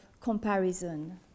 comparison